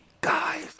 guys